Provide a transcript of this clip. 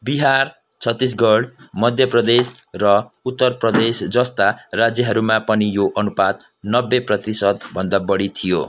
बिहार छत्तिसगढ मध्य प्रदेश र उत्तर प्रदेशजस्ता राज्यहरूमा पनि यो अनुपात नब्बे प्रतिशतभन्दा बढी थियो